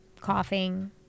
coughing